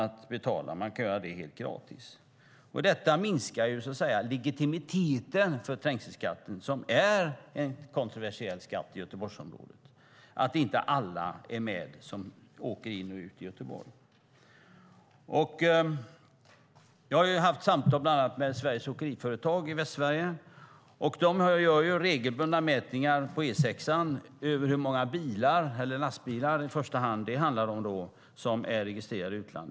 Att inte alla som åker in i och ut ur Göteborg är med och betalar minskar legitimiteten för trängselskatten, som är en kontroversiell skatt i Göteborgsområdet. Jag har fört samtal bland annat med Sveriges Åkeriföretag i Västsverige. De gör regelbundna mätningar på E6 över hur många bilar som är registrerade i utlandet. I första hand gäller det lastbilar.